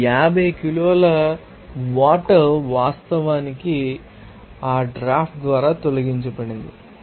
ఇప్పుడు ఈ 50 కిలోల వాటర్ వాస్తవానికి ఆ డ్రాఫ్ట్ ద్వారా తొలగించబడింది